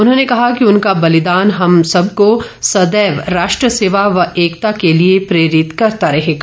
उन्होंने कहा कि उनका बलिदान हम सबको सदैव राष्ट्र सेवा व एकता के लिए प्रेरित करता रहेगा